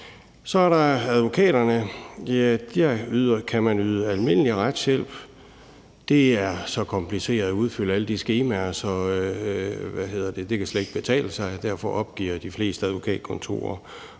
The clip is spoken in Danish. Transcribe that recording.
Så er der advokaterne. Der kan der ydes almindelig retshjælp. Det er så kompliceret at udfylde alle de skemaer, at det slet ikke kan betale sig. Derfor opgiver de fleste advokatkontorer,